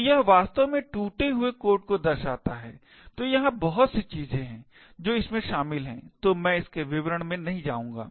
तो यह वास्तव में टूटे हुए कोड को दर्शाता है तो यहाँ बहुत सी चीजें हैं जो इसमें शामिल हैं तो मैं इसके विवरण में नहीं जाऊंगा